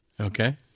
Okay